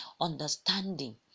understanding